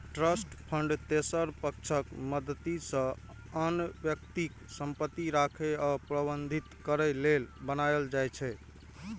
trust fund तेसर पक्षक मदति सं आन व्यक्तिक संपत्ति राखै आ प्रबंधित करै लेल बनाएल जाइ छै